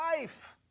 life